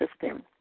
system